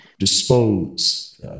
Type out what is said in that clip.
dispose